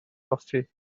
goffi